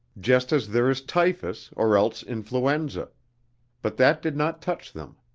just as there is typhus or else influenza but that did not touch them